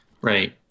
Right